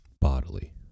Bodily